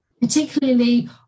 particularly